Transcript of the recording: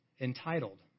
Entitled